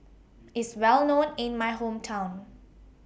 IS Well known in My Hometown